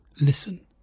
listen